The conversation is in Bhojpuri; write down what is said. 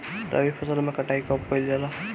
रबी फसल मे कटाई कब कइल जाला?